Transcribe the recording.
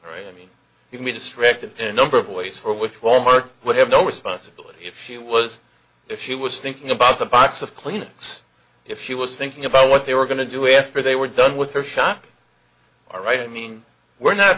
right i mean give me distracted in a number of ways for which wal mart would have no responsibility if she was if she was thinking about a box of kleenex if she was thinking about what they were going to do after they were done with her shopping all right i mean we're not